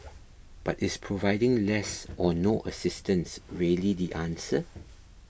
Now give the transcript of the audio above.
but is providing less or no assistance really the answer